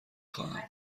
خواهم